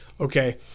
Okay